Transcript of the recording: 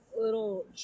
little